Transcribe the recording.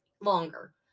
longer